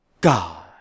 God